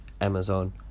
Amazon